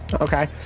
Okay